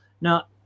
now